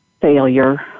failure